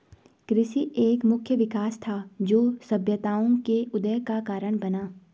कृषि एक मुख्य विकास था, जो सभ्यताओं के उदय का कारण बना